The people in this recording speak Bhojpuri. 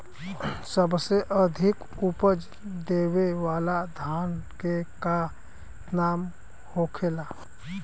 सबसे अधिक उपज देवे वाला धान के का नाम होखे ला?